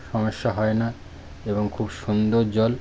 সমস্যা হয় না এবং খুব সুন্দর জল